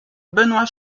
benoit